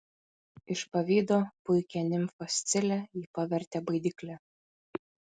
iš pavydo puikią nimfą scilę ji pavertė baidykle